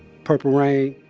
purple rain,